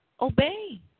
obey